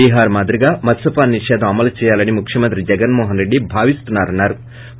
బీహార్ మాదిరిగా మద్యపాన నిషేధం అమలు చేయాలని ముఖ్యమంత్రి జగన్ మోహన్ రెడ్లి భావిస్తున్నారన్నారు